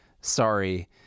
sorry